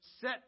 set